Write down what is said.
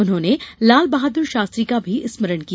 उन्होनें लालबहादुर शास्त्री का भी स्मरण किया